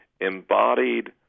embodied